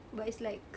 but it's like